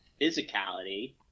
physicality